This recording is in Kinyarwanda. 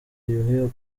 yuhi